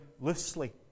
loosely